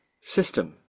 system